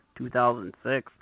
2006